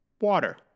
water